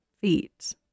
feet